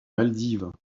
maldives